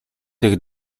tych